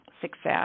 success